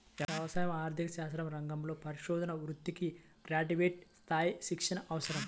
వ్యవసాయ ఆర్థిక శాస్త్ర రంగంలో పరిశోధనా వృత్తికి గ్రాడ్యుయేట్ స్థాయి శిక్షణ అవసరం